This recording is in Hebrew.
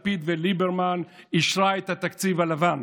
לפיד וליברמן אישרה את התקציב הלבן,